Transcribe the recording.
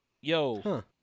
yo